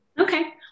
Okay